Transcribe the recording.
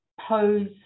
pose